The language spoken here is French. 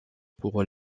pour